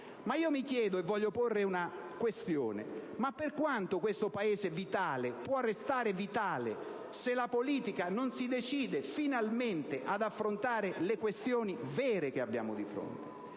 domanda. Voglio porre una questione: mi chiedo per quanto tempo questo Paese vitale può restare vitale se la politica non si decide, finalmente, ad affrontare le questioni vere che abbiamo di fronte?